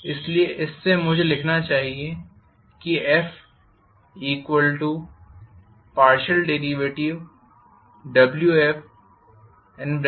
इसलिए इससे मुझे लिखना चाहिए FWfixx